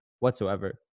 whatsoever